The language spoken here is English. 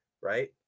right